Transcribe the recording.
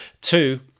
Two